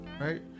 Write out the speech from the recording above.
right